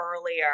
earlier